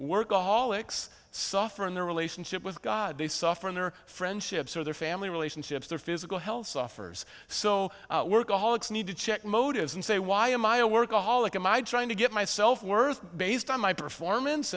workaholics suffer in their relationship with god they suffer in their friendships or their family relationships their physical health suffers so workaholics need to check motives and say why am i a workaholic in my trying to get myself worth based on my performance